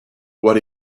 what